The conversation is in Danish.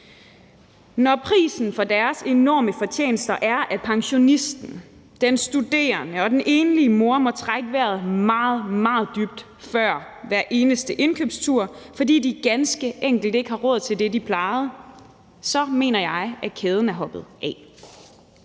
Når prisen for deres enorme fortjenester er, at pensionisten, den studerende og den enlige mor må trække vejret meget, meget dybt før hver eneste indkøbstur, fordi de ganske enkelt ikke har råd til det, de plejede, så mener jeg, at kæden er hoppet af.